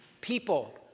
people